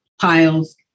piles